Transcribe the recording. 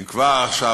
אם כבר עכשיו,